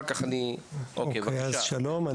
שלום,